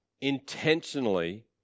intentionally